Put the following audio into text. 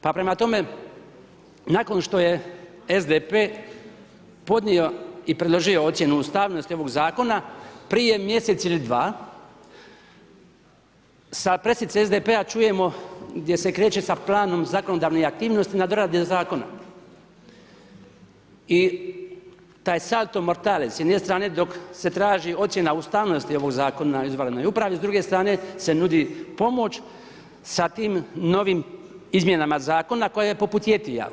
Pa prema tome, nakon što je SDP podnio i predložio ocjenu ustavnosti ovog zakona, prije mjesec ili dva sa presice SDP-a čujemo gdje se kreče sa planom zakonodavnih aktivnosti ... zakona i taj salto mortale s jedne strane dok se traži ocjena ustavnosti ovog Zakona o izvanrednoj upravi, s druge strane se nudi pomoć sa tim novim izmjenama zakona koje je poput Jetija.